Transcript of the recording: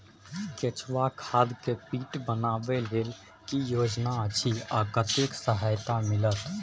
केचुआ खाद के पीट बनाबै लेल की योजना अछि आ कतेक सहायता मिलत?